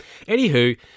anywho